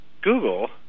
Google